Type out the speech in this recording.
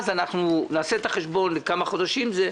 אז נעשה את החשבון לכמה חודשים זה.